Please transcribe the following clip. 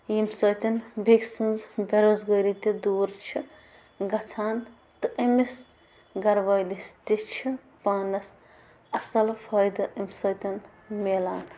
ییٚمہِ سۭتۍ بیٚیہِ کہِ سٕنٛز بے روزگٲری تہِ دوٗر چھِ گژھان تہٕ أمِس گَرٕ وٲلِس تہِ چھِ پانَس اَصٕل فٲیِدٕ اَمہِ سۭتۍ میلان